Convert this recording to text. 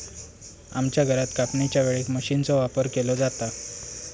आमच्या घरात कापणीच्या वेळेक मशीनचो वापर केलो जाता